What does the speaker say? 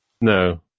No